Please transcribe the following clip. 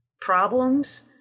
problems